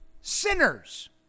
sinners